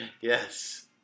Yes